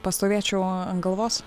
pastovėčiau ant galvos